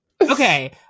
Okay